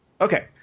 Okay